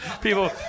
people